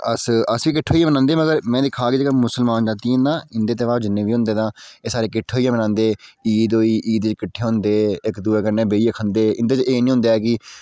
अस अस बी किट्ठे होईयै बनाने मगर में दिक्खा कि जेह्ड़ियां मुसलमान जातीं न इंदे तयौहार जिन्ने बी होंदे तां एह् सारे किट्ठे होईयै मनांदे ईद होई ईद गी किट्ठे होंदे इक दुऐ कन्नै बेहियै खंदे इंदे च एह् निं होंदा ऐ कि